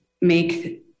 make